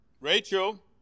Rachel